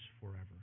forever